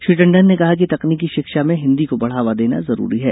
श्री टंडन ने कहा कि तकनीकी शिक्षा में हिन्दी को बढ़ावा देना जरूरी है